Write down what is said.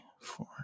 four